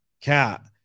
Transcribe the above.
cat